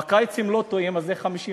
בקיץ הם לא טועים, אז זה 50%,